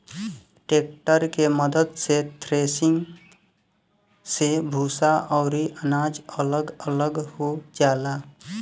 tractor के मद्दत से थ्रेसिंग मे भूसा अउरी अनाज अलग अलग हो जाला